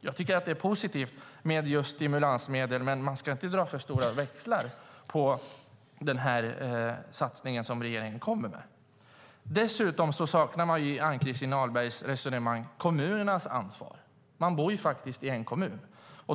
Jag tycker att det är positivt med just stimulansmedel, men man ska inte dra för stora växlar på den satsning som regeringen kommer med. Dessutom saknar jag i Ann-Christin Ahlbergs resonemang kommunernas ansvar. Man bor faktiskt i en kommun.